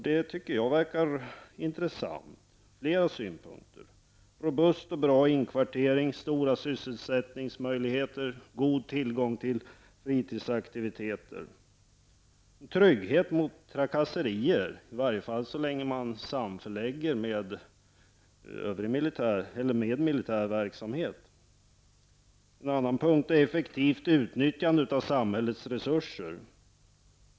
Det tycker jag verkar intressant ur flera synpunkter: robust och bra inkvartering, stora sysselsättningsmöjligheter, god tillgång till fritidsaktiviteter och trygghet mot trakasserier, i varje fall så länge man samförlägger med militär verksamhet. En annan fördel med det förfarandet är att det innebär effektivt utnyttjande av samhällets resurser.